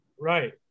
Right